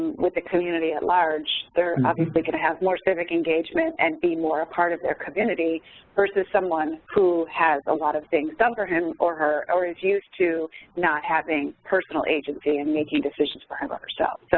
the community at large, they're obviously going to have more civic engagement and be more a part of their community versus someone who has a lot of things done for him or her or is used to not having personal agency and making decisions for him or herself. so